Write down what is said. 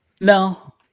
No